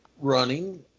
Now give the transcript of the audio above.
running